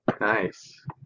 Nice